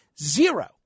Zero